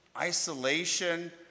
isolation